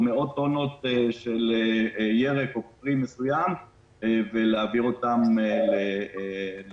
מאות טונות של ירק או פרי מסוים ולהעביר אותם לייעוד,